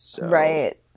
Right